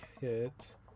hit